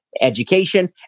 education